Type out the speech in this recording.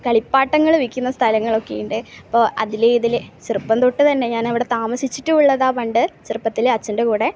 കളിപ്പാട്ടങ്ങൾ വിൽക്കുന്ന സ്ഥലങ്ങളൊക്കെയുണ്ട് അപ്പോൾ അതിൽ ഇതിലെ ചെറുപ്പം തൊട്ട് തന്നെ ഞാൻ അവിടെ താമസിച്ചിട്ട് ഉള്ളതാണ് പണ്ട് ചെറുപ്പത്തിൽ അച്ഛൻ്റെ കൂടെ